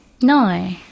No